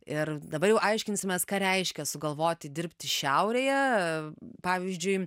ir dabar jau aiškinsimės ką reiškia sugalvoti dirbti šiaurėje pavyzdžiui